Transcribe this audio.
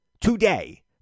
today